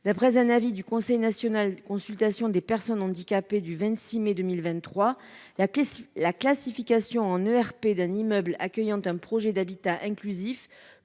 D’après un avis du Conseil national consultatif des personnes handicapées (CNCPH) du 26 mai 2023, la classification en ERP d’un immeuble accueillant un projet d’habitat inclusif,